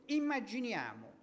immaginiamo